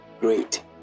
Great